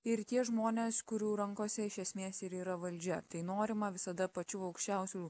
ir tie žmonės kurių rankose iš esmės ir yra valdžia tai norima visada pačių aukščiausių